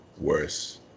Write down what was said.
worse